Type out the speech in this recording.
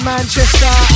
Manchester